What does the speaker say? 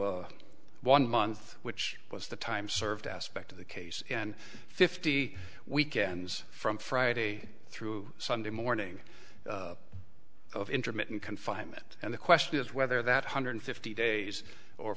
to one month which was the time served aspect of the case and fifty weekends from friday through sunday morning of intermittent confinement and the question is whether that hundred fifty days or